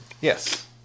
Yes